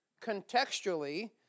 contextually